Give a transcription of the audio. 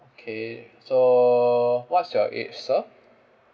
okay so what's your age sir